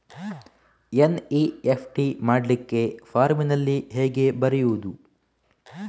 NEFT ಮಾಡ್ಲಿಕ್ಕೆ ಫಾರ್ಮಿನಲ್ಲಿ ಹೇಗೆ ಬರೆಯುವುದು?